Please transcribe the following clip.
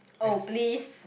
oh please